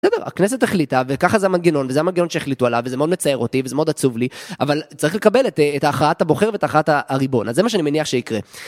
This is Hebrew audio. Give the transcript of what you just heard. בסדר, הכנסת החליטה וככה זה המנגנון, וזה המנגנון שהחליטו עליו, וזה מאוד מצער אותי וזה מאוד עצוב לי, אבל צריך לקבל את הכרעת הבוחר ואת הכרעת הריבון, אז זה מה שאני מניח שיקרה